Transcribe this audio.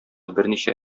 берничә